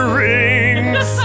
rings